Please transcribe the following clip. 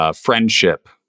Friendship